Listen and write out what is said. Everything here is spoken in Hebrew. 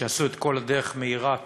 שעשו את כל הדרך מעיראק